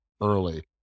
early